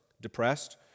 depressed